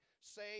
say